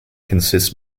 consists